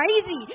crazy